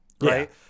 right